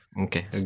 Okay